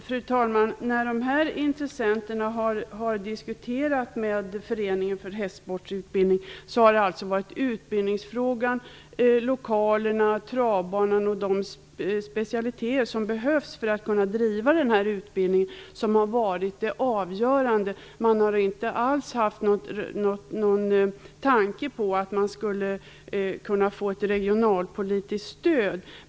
Fru talman! När de här intressenterna har diskuterat med Föreningen för hästsportsutbildning har det varit utbildningsfrågan, lokalerna, travbanan och de specialiteter som behövs för att kunna driva den här utbildningen som har varit det avgörande. Man har inte alls haft någon tanke på att man skulle kunna få ett regionalpolitiskt stöd.